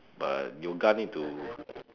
but yoga need to